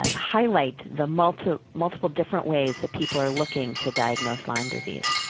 highlight the multiple multiple different ways that people are looking to diagnose lyme disease.